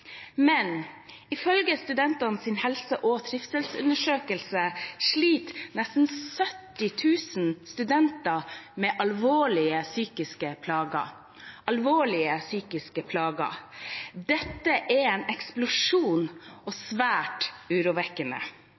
Men ifølge Studentenes helse- og trivselsundersøkelse sliter nesten 70 000 studenter med alvorlige psykiske plager. Dette er en eksplosjon og svært urovekkende.